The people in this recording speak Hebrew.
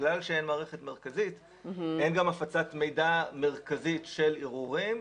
בגלל שאין מערכת מרכזית אין גם הפצת מידע מרכזית של ערעורים.